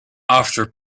after